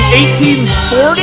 1840